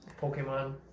Pokemon